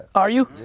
are you?